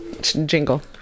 jingle